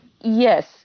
Yes